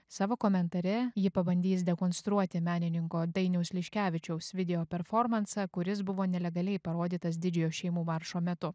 savo komentare ji pabandys dekonstruoti menininko dainiaus liškevičiaus video performansą kuris buvo nelegaliai parodytas didžiojo šeimų maršo metu